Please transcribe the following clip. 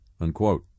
unquote